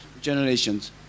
generations